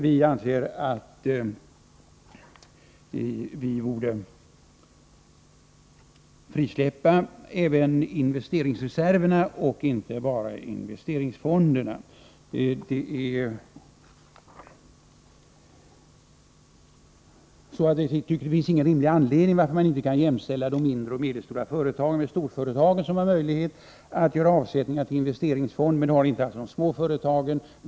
Vi anser att även investeringsreserver na och inte bara investeringsfonderna borde frisläppas. Det finns ingen rimlig anledning till att man inte skall jämställa de mindre och medelstora företagen med storföretagen, vilka har möjlighet att göra avsättningar till investeringsfonder. Det har alltså inte de små företagen.